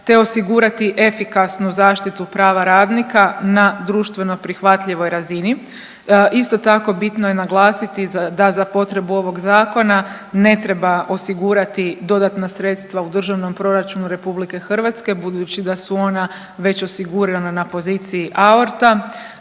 te osigurati efikasnu zaštitu prava radnika na društveno prihvatljivoj razini. Isto tako bitno je naglasiti da za potrebu ovog zakona ne treba osigurati dodatna sredstva u Državnom proračunu RH budući da su ona već osigurana na poziciji AORT-a,